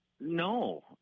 No